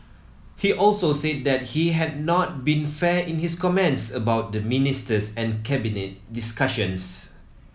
he also said that he had not been fair in his comments about the ministers and Cabinet discussions